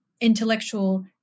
intellectual